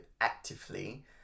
actively